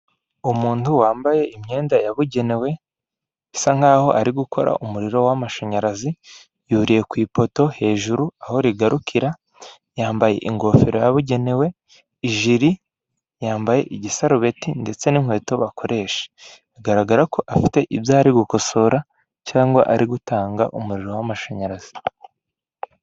Umuntu wambaye imyenda yabugeneye. Bisa nkaho ari gukora umuriro w'amashanyarazi, yuriye ku ipoto hejuru aho rigarukira, yambaye ingofero yabugenewe, ijiri, yambaye igisarubeti ndetse n'inkweto bakoresha. Bigaragara ko afite ibyo ari gukosora cyangwa ari gutanga umuriro w'amashanyarazi.